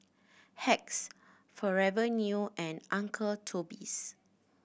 Hacks Forever New and Uncle Toby's